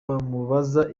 bamubaza